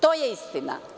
To je istina.